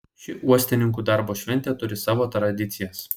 ši uostininkų darbo šventė turi savo tradicijas